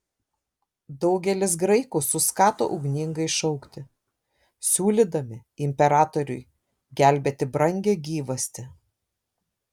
daugelis graikų suskato ugningai šaukti siūlydami imperatoriui gelbėti brangią gyvastį